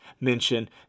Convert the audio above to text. mention